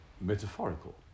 metaphorical